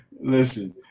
listen